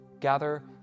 gather